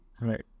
Right